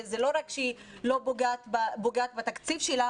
כך שזה לא רק שהיא פוגעת בהן בתקציב,